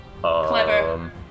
Clever